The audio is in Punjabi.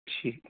ਠੀਕ